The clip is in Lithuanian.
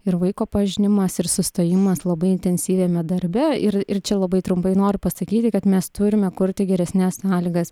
ir vaiko pažinimas ir sustojimas labai intensyviame darbe ir ir čia labai trumpai noriu pasakyti kad mes turime kurti geresnes sąlygas